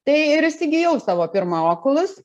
tai ir įsigijau savo pirmą okulus